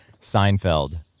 Seinfeld